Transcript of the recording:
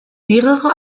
mehrere